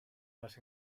las